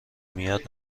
میاد